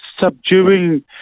subduing